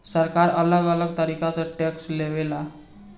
सरकार अलग अलग तरीका से टैक्स लेवे ला